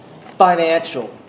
financial